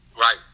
Right